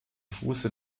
fuße